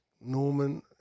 Norman